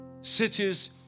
cities